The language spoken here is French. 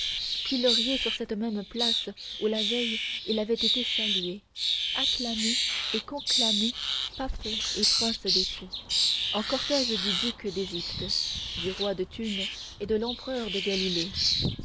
pilorié sur cette même place où la veille il avait été salué acclamé et conclamé pape et prince des fous en cortège du duc d'égypte du roi de thunes et de l'empereur de galilée